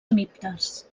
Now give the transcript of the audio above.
hemípters